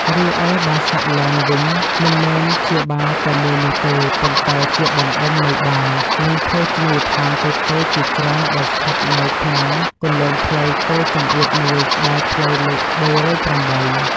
រីឯ បាសាក់ ឡេន វិញ មិនមែនជាបារតែមួយនោះទេ ប៉ុន្តែជាបណ្ដុំនៃបារ និងភោជនីយដ្ឋានតូចៗជាច្រើនដែលស្ថិតនៅក្នុងគន្លងផ្លូវតូចចង្អៀតមួយក្បែរផ្លូវលេខ ៣០៨។